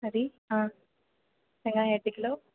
சரி ஆ வெங்காயம் எட்டு கிலோ